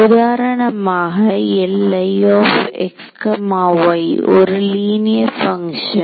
உதாரணமாக ஒரு linear function